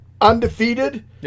undefeated